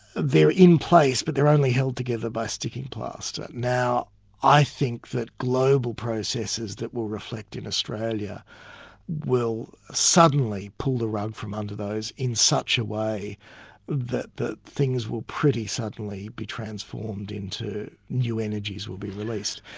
they're in place, but they're only held together by sticking plaster. now i think that global processes that will reflect in australia will suddenly pull the rug from under those in such a way that things will pretty suddenly be transformed into. new energies will be released.